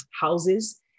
houses